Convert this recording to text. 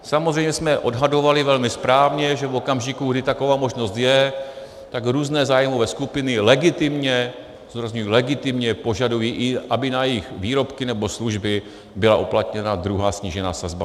Samozřejmě jsme odhadovali velmi správně, že v okamžiku, kdy taková možnost je, tak různé zájmové skupiny legitimně zdůrazňuji legitimně požadují, aby na jejich výrobky nebo služby byla uplatněna druhá snížená sazba DPH.